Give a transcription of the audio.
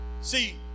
see